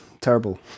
Terrible